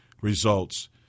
results